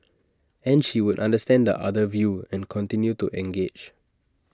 and she would understand the other view and continue to engage